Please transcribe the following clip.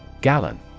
Gallon